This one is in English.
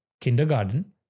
kindergarten